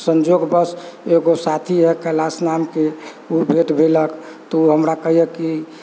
संजोगवश एगो साथी है कैलाश नामके ओ भेँट भेलक तऽ ओ हमरा कहैया कि